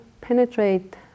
penetrate